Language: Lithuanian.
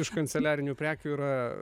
iš kanceliarinių prekių yra